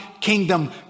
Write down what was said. kingdom